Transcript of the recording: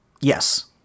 Yes